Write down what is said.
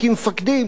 כמפקדים,